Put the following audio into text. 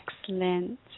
excellent